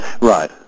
Right